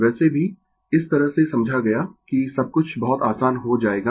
वैसे भी इस तरह से समझा गया कि सब कुछ बहुत आसान हो जाएगा